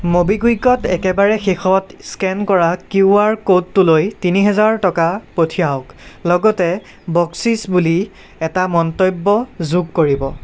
ম'বিকুইকত একেবাৰে শেষত স্কেন কৰা কিউ আৰ ক'ডটোলৈ তিনি হেজাৰ টকা পঠিয়াওঁক লগতে বকচিচ্ বুলি এটা মন্তব্য যোগ কৰিব